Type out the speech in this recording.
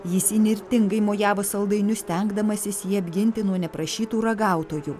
jis įnirtingai mojavo saldainius stengdamasis jį apginti nuo neprašytų ragautojų